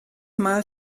mal